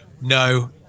No